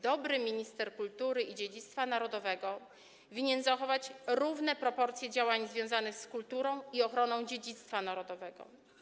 Dobry minister kultury i dziedzictwa narodowego winien zachować równe proporcje działań związanych z kulturą i ochroną dziedzictwa narodowego.